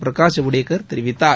பிரகாஷ் ஜவ்டேகர் தெரிவித்தார்